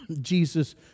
Jesus